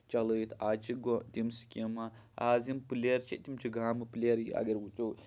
چلٲوِتھ آز چھِ تِم سکیٖمہٕ آز یِم پٕلیر چھِ تِم چھِ گامہٕ پٕلیر اَگر وُچھو